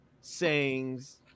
sayings